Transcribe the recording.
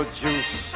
juice